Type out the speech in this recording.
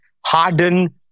harden